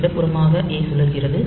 இடதுபுறமாக ஏ சுழல்கிறது